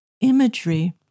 imagery